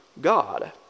God